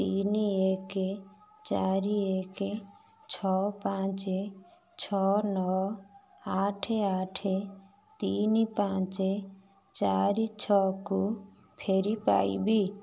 ତିନି ଏକ ଚାରି ଏକ ଛଅ ପାଞ୍ଚ ଛଅ ନଅ ଆଠ ଆଠ ତିନି ପାଞ୍ଚ ଚାରି ଛଅକୁ ଫେରି ପାଇବି